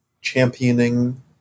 championing